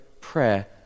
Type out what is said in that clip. prayer